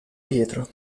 pietro